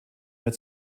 mehr